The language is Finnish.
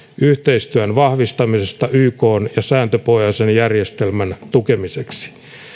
yhteistyön vahvistamisesta ykn ja sääntöpohjaisen järjestelmän tukemiseksi